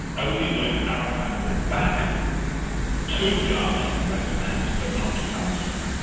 only when arafat went back to gaza and the west bank, but not to palestine,